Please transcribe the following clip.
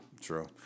true